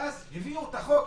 ואז הביאו את החוק,